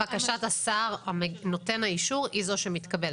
בקשת השר נותן האישור היא זו שמתקבלת.